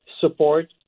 support